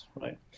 right